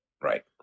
right